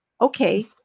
Okay